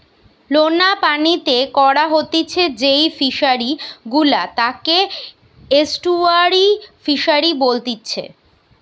লোনা পানিতে করা হতিছে যেই ফিশারি গুলা তাকে এস্টুয়ারই ফিসারী বলেতিচ্ছে